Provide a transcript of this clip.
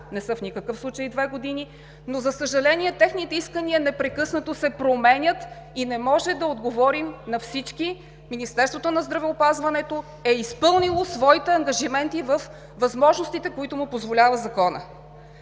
не са в никакъв случай две години, но за съжаление, техните искания непрекъснато се променят и не можем да отговорим на всички. Министерството на здравеопазването е изпълнило своите ангажименти във възможностите, които му позволява законът.